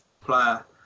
player